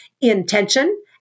intention